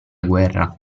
guerra